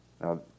Now